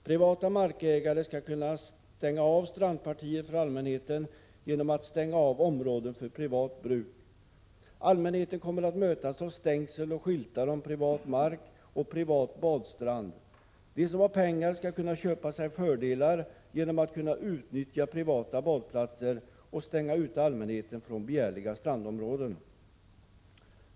Privata markägare skall kunna stänga av strandpartier för allmänheten genom att stänga av områden för privat bruk. Allmänheten kommer att mötas av stängsel och skyltar om privat mark och privat badstrand. De som har pengar skall kunna köpa sig fördelar genom att kunna utnyttja privata badplatser och stänga ute allmänheten från begärliga strandområden.